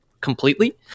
completely